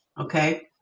Okay